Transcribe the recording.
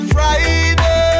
Friday